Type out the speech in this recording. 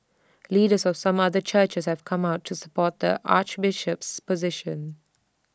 leaders of some other churches have come out to support the Archbishop's position